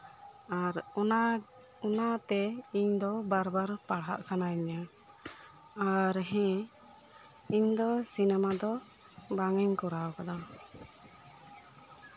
ᱟᱨ ᱚᱱᱟ ᱚᱱᱟᱛᱮ ᱤᱧ ᱫᱚ ᱵᱟᱨ ᱵᱟᱨ ᱯᱟᱲᱦᱟᱜ ᱥᱟᱱᱟᱭᱤᱧᱼᱟ ᱟᱨ ᱦᱮᱸ ᱤᱧ ᱫᱚ ᱥᱤᱱᱮᱢᱟ ᱫᱚ ᱵᱟᱝ ᱤᱧ ᱠᱚᱨᱟᱣ ᱟᱠᱟᱫᱟ